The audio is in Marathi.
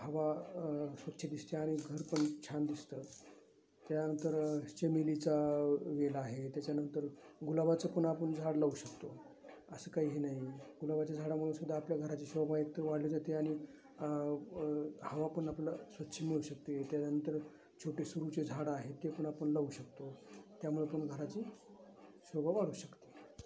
हवा स्वच्छ दिसते आणि घर पण छान दिसतं त्यानंतर चमेलीचा वेल आहे त्याच्यानंतर गुलाबाचं पण आपण झाड लावू शकतो असं काही हे नाही गुलाबाच्या झाडामुळं सुद्धा आपल्या घराची शोभा एकतर वाढली जाते आणि हवा पण आपलं स्वच्छ मिळू शकते त्यानंतर छोटे सुरूचे झाडं आहेत ते पण आपण लावू शकतो त्यामुळे पण घराची शोभा वाढू शकते